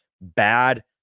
bad